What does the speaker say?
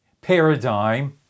paradigm